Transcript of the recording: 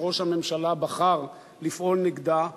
שראש הממשלה בחר לפעול נגדה.